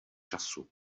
času